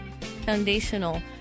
foundational